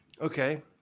Okay